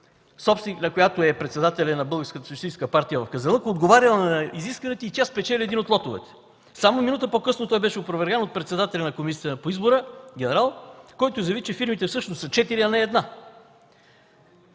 социалистическа партия в Казанлък, отговаряла на изискването и тя спечели един от лотовете. Само минута по-късно той беше опроверган от председателя на комисията по избора – генерал, който заяви, че фирмите всъщност са четири, а не една.